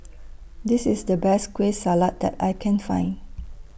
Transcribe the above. This IS The Best Kueh Salat that I Can Find